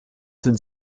sind